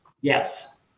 Yes